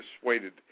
persuaded